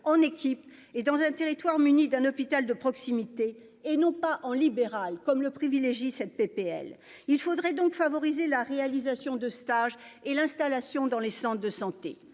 en équipe et dans un territoire muni d'un hôpital de proximité, et non pas en libéral comme le privilégie cette PPL il faudrait donc favoriser la réalisation de stage et l'installation dans les centres de santé,